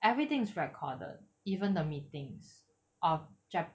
everything's recorded even the meetings of jap